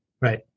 Right